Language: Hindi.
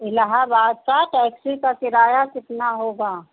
इलहाबाद का टैक्सी का किराया कितना होगा